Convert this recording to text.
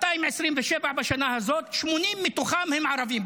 227 בשנה הזאת בתאונות דרכים, 80 מתוכם הם ערבים.